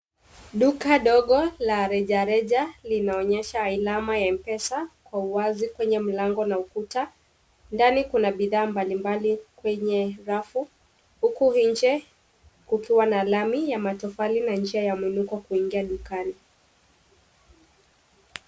Duka ndogo la reja reja linaonyesha alama ya mpesa kwa uwazi kwenye mlango na ukuta ndani Kuna bidha mbalimbali kwenye rafu, huku inje kukiwa na lami ya matofali na njia ya mguu yaku ingia dukani.